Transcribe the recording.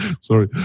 Sorry